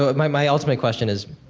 ah my my ultimate question is,